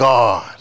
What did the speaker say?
God